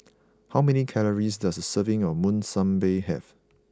how many calories does a serving of Monsunabe have